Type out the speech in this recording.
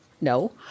no